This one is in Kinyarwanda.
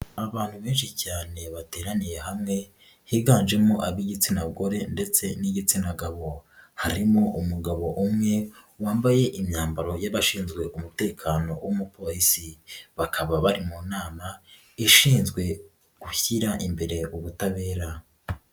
Abantu benshi cyane bateraniye hamwe, higanjemo ab'igitsina gore ndetse n'igitsina gabo, harimo umugabo umwe, wambaye imyambaro y'abashinzwe umutekano w'umupolisi, bakaba bari mu nama, ishinzwe gushyira imbere ubutabera.